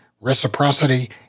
Reciprocity